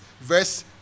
verse